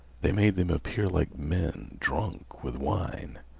they made them appear like men drunk with wine.